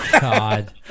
God